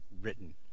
written